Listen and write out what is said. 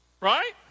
Right